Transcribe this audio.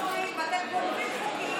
אתם גונבים חוקים.